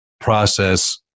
process